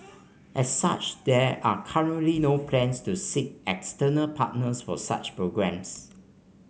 as such there are currently no plans to seek external partners for such programmes